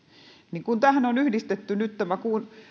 mutta kun tähän on nyt yhdistetty nämä